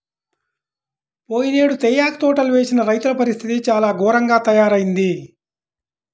పోయినేడు తేయాకు తోటలు వేసిన రైతుల పరిస్థితి చాలా ఘోరంగా తయ్యారయింది